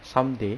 someday